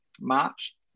March